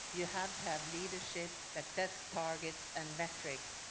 you have to have leadership that sets targets and metrics.